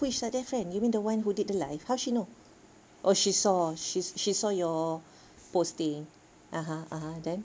who is Saadiah friend you mean the one who did the live how she know oh she saw she she saw your posting (uh huh) (uh huh) then